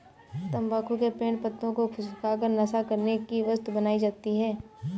तम्बाकू के पेड़ पत्तों को सुखा कर नशा करने की वस्तु बनाई जाती है